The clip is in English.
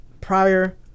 prior